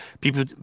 People